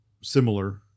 similar